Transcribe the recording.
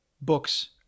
books